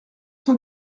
cent